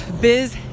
biz